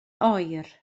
oer